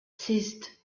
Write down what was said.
ceased